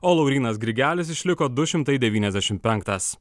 o laurynas grigelis išliko du šimtai devyniasdešim penktas